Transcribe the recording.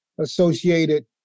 associated